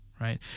Right